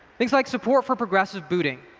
things like support for progressive booting,